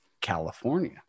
california